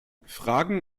fragen